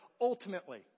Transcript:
ultimately